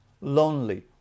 lonely